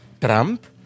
Trump